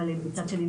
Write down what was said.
ומצד שני,